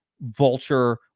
vulture